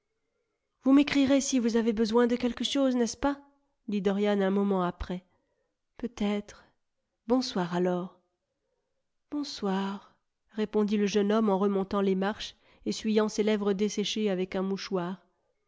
vous m'écrirez si vous avez besoin de quelque chose n'est-ce pas dit dorian un moment après peut-être bonsoir alors bonsoir répondit le jeune homme en remontant les marches essuyant ses lèvres desséchées avec un mouchoir